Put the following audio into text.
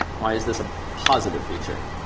why is this a positive feature?